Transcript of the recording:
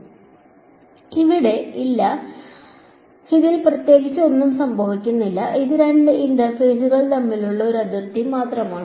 അവിടെ ഇല്ല ഇതിൽ പ്രത്യേകിച്ച് ഒന്നും സംഭവിക്കുന്നില്ല ഇത് രണ്ട് ഇന്റർഫേസുകൾ തമ്മിലുള്ള ഒരു അതിർത്തി മാത്രമാണ്